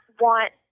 want